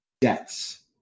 debts